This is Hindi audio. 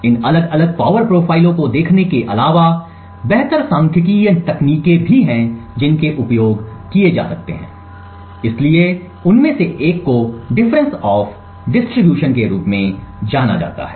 इन अलग अलग पावर प्रोफाइलों को देखने के अलावा बेहतर सांख्यिकीय तकनीकें हैं जिनका उपयोग किया जा सकता है इसलिए उनमें से एक को डिफरेंस ऑफ डिस्ट्रीब्यूशन के रूप में जाना जाता है